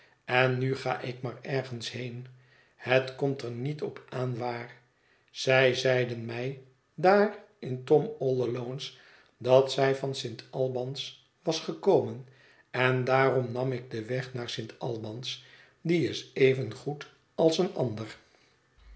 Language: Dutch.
en nu ga ik maar ergens heen het komt er niet op aan waar zij zeiden mij daar in tom all alones dat zij van st albans was gekomen en daarom nam ik den weg naar st albans die is evengoed als een ander